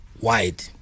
wide